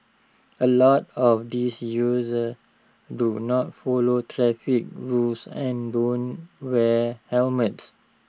A lot of these users do not follow traffic rules and don't wear helmets